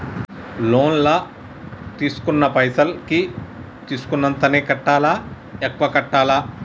Loan లా తీస్కున్న పైసల్ కి తీస్కున్నంతనే కట్టాలా? ఎక్కువ కట్టాలా?